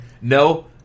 No